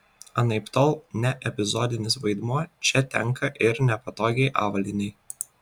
anaiptol ne epizodinis vaidmuo čia tenka ir nepatogiai avalynei